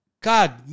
God